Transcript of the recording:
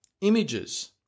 images